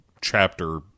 chapter